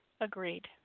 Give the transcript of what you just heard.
Agreed